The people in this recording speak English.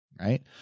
right